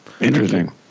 Interesting